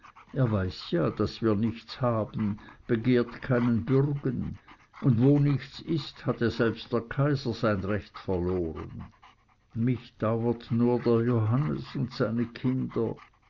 er weiß ja daß wir nichts haben begehrt keinen bürgen und wo nichts ist hat ja selbst der kaiser sein recht verloren mich dauert nur der johannes und seine kinder